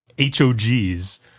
HOGs